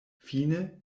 fine